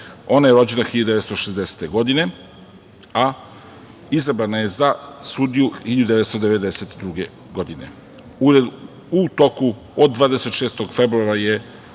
Ona je rođena 1960. godine, a izabrana je za sudiju 1992. godine. U toku od 26. februara je